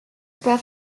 pas